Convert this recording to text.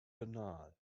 banal